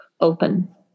open